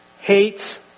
hates